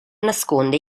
nasconde